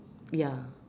ya